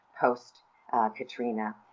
post-Katrina